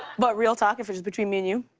but real talk, if it's between me and you,